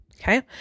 Okay